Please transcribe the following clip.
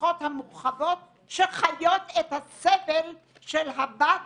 המשפחות המורחבות שחיות את הסבל של הבת